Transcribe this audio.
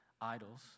idols